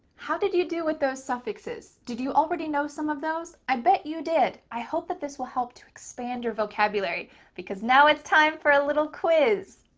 how did you do with those suffixes? did you already know some of those? i bet you did. i hope that this will help to expand your vocabulary because now it's time for a little quiz.